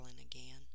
again